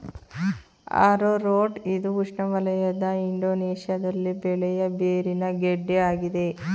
arrowroot ಇದು ಉಷ್ಣವಲಯದ ಇಂಡೋನೇಶ್ಯದಲ್ಲಿ ಬೆಳೆಯ ಬೇರಿನ ಗೆಡ್ಡೆ ಆಗಿದೆ